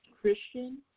Christian